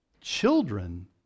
Children